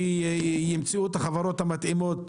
שימצאו את החברות המתאימות,